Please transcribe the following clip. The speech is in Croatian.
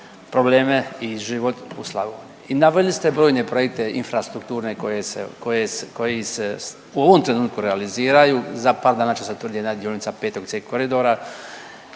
i život u Slavoniji i naveli ste brojne projekte infrastrukturne koje se, koji se u ovom trenutku realiziraju, za par dana će se otvoriti jedna dionica 5. C koridora,